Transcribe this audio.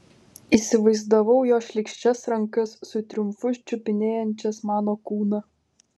įsivaizdavau jo šlykščias rankas su triumfu čiupinėjančias mano kūną